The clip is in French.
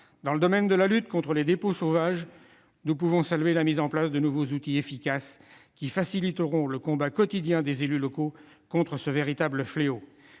dans le domaine de la lutte contre les dépôts sauvages, nous pouvons saluer la mise en place de nouveaux outils efficaces qui faciliteront le combat quotidien des élus locaux contre ce véritable fléau.